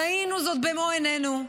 ראינו זאת במו עינינו,